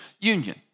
union